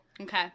Okay